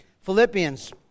Philippians